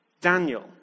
Daniel